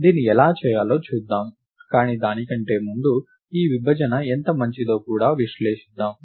దీన్ని ఎలా చేయాలో చూద్దాం కానీ దానికంటే ముందు ఈ విభజన ఎంత మంచిదో కూడా విశ్లేషిద్దాం